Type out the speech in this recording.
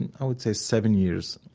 and i would say, seven years